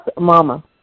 Mama